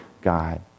God